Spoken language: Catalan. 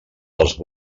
als